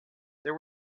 there